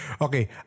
Okay